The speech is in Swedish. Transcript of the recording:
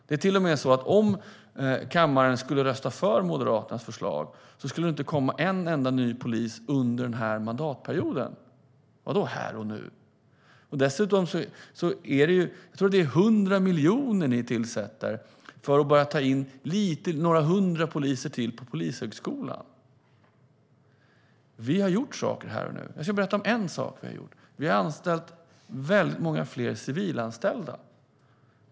Det är till och med på det sättet att det inte skulle komma en enda ny polis under den här mandatperioden om kammaren skulle rösta för Moderaternas förslag. Vadå här och nu? Dessutom avsätter ni 100 miljoner, tror jag att det är, för att Polishögskolan ska börja ta in några hundra poliser till. Vi har gjort saker här och nu. Jag ska berätta om en sak. Vi har anställt väldigt många fler civilanställda.